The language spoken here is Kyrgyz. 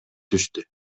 түштү